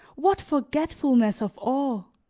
what forgetfulness of all!